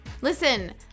Listen